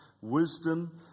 Wisdom